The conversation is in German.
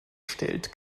stellt